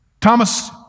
Thomas